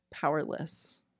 Powerless